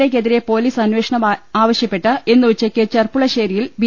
A ക്കെതിരെ police അനേഷണം ആവശ്യപ്പെട്ട് ഇന്ന് ഉച്ചക്ക് ചെർപ്പുളശ്ശേരിയിൽ ബി